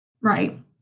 Right